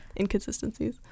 inconsistencies